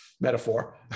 metaphor